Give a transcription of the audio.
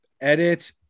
edit